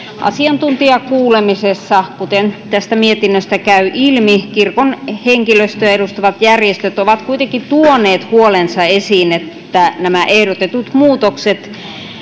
asiantuntijakuulemisessa kuten tästä mietinnöstä käy ilmi kirkon henkilöstöä edustavat järjestöt ovat kuitenkin tuoneet huolensa esiin että nämä ehdotetut muutokset